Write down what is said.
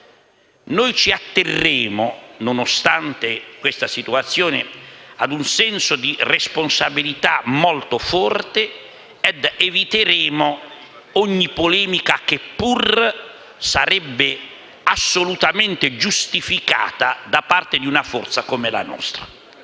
deterioramento. Nonostante questa situazione, noi ci atterremo a un senso di responsabilità molto forte ed eviteremo ogni polemica, che pur sarebbe assolutamente giustificata da parte di una forza come la nostra.